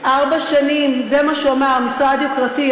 ארבע שנים, וזה מה שהוא אמר: "משרד יוקרתי".